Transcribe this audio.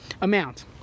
amount